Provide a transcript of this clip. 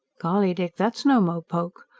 golly, dick, that's no mopoke!